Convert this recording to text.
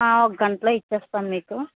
ఒక గంటలో ఇచ్చేస్తాం మీకు